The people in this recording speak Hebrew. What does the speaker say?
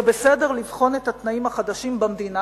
זה בסדר לבחון את התנאים החדשים במדינה